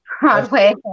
Broadway